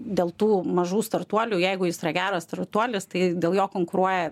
dėl tų mažų startuolių jeigu jis yra geras startuolis tai dėl jo konkuruoja